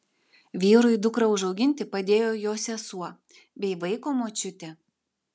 vyrui dukrą užauginti padėjo jo sesuo bei vaiko močiutė